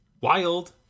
wild